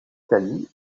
italie